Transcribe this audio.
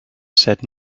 said